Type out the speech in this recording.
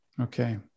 Okay